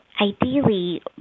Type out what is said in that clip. ideally